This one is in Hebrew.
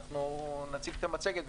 נציג את המצגת,